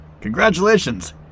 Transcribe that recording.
Congratulations